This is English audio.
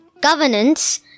Governance